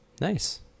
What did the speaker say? nice